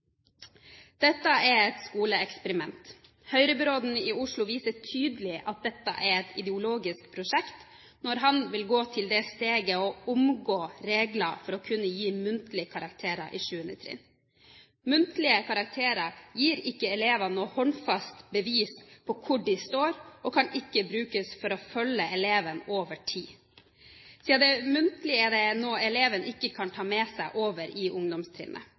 Dette er et skoleeksperiment. Høyre-byråden i Oslo viser tydelig at dette er et ideologisk prosjekt når han vil gå til det steget å omgå regler for å kunne gi muntlige karakterer i 7. trinn. Muntlige karakterer gir ikke elevene noe håndfast bevis på hvor de står, og kan ikke brukes for å følge eleven over tid. Siden det er muntlig, er dette noe eleven ikke kan ta med seg over i ungdomstrinnet,